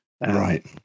right